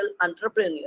entrepreneur